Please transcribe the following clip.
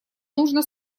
нужно